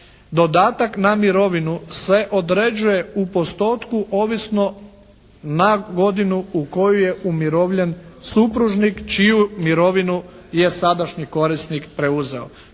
dodatak na mirovinu se određuje u postotku ovisno na godinu u koju je umirovljen supružnik čiju mirovinu je sadašnji korisnik preuzeo.